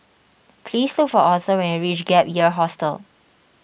please look for Aurthur when you reach Gap Year Hostel